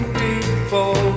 people